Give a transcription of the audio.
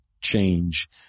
change